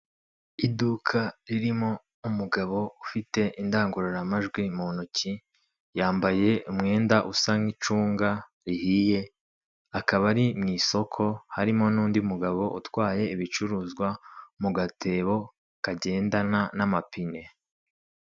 Iduka ririmo umugabo ufite indangururamajwi mu ntoki yambaye umwenda usa nk'icunga rihiye, akaba ari mu isoko harimo n'undi mugabo utwaye ibicuruzwa mu gatebo kagendana n'amapine.